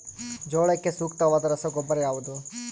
ಜೋಳಕ್ಕೆ ಸೂಕ್ತವಾದ ರಸಗೊಬ್ಬರ ಯಾವುದು?